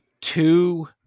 Two